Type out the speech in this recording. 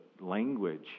language